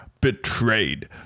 betrayed